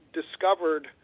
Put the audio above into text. discovered